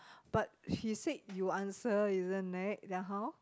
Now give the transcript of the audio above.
but he said you answer isn't it then how